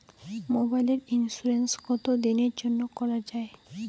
মোবাইলের ইন্সুরেন্স কতো দিনের জন্যে করা য়ায়?